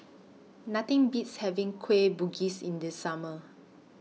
Nothing Beats having Kueh Bugis in The Summer